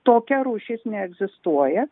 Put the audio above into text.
tokia rūšis neegzistuoja